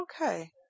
okay